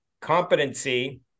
competency